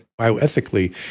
bioethically